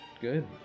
good